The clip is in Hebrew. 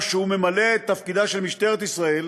שהוא ממלא את תפקידה של משטרת ישראל